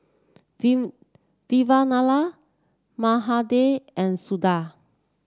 Vavilala Mahade and Suda